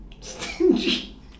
Stingy